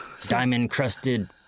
diamond-crusted